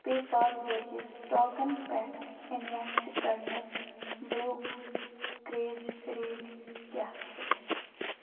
پے پال ذٔریعہِ سٕٹاکَن پٮ۪ٹھ اِنوٮ۪سٹ کَرنٕچ برٛوکرٛیج ریٹ کیٛاہ چھُ